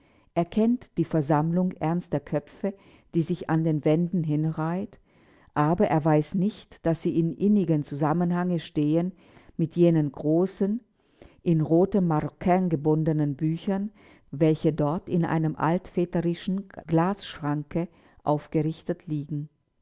er kennt die versammlung ernster köpfe die sich an den wänden hinreiht aber er weiß nicht daß sie in innigem zusammenhange stehen mit jenen großen in roten maroquin gebundenen büchern welche dort in einem altväterischen glasschranke aufgeschichtet liegen